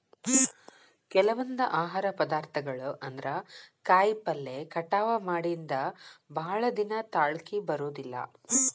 ಕೆಲವೊಂದ ಆಹಾರ ಪದಾರ್ಥಗಳು ಅಂದ್ರ ಕಾಯಿಪಲ್ಲೆ ಕಟಾವ ಮಾಡಿಂದ ಭಾಳದಿನಾ ತಾಳಕಿ ಬರುದಿಲ್ಲಾ